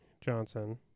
Johnson